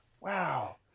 wow